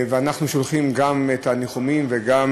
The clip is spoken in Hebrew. אנחנו שולחים גם תנחומים וגם